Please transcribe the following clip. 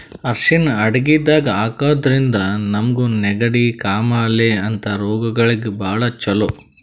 ಅರ್ಷಿಣ್ ಅಡಗಿದಾಗ್ ಹಾಕಿದ್ರಿಂದ ನಮ್ಗ್ ನೆಗಡಿ, ಕಾಮಾಲೆ ಅಂಥ ರೋಗಗಳಿಗ್ ಭಾಳ್ ಛಲೋ